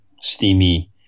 steamy